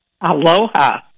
Aloha